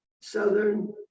Southern